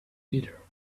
bitter